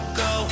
go